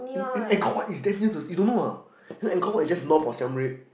Angkor-Wat is damn near to you don't know ah you know Angkor-Wat is just north of Siam-Reap